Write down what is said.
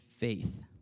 faith